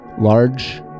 large